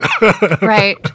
right